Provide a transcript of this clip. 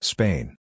Spain